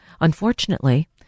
Unfortunately